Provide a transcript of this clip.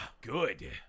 Good